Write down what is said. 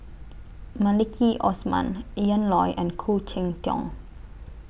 Maliki Osman Ian Loy and Khoo Cheng Tiong